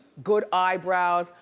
good eyebrows,